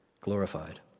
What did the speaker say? Glorified